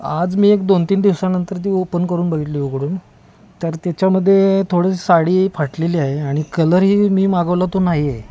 आज मी एक दोन तीन दिवसानंतर ती ओपन करून बघितली उगडून तर त्याच्यामध्ये थोडी साडी फाटलेली आहे आणि कलरही मी मागवला तो नाही आहे